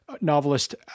novelist